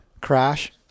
crash